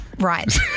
Right